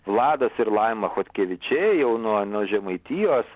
vladas ir laima chodkevičiai jau nuo nuo žemaitijos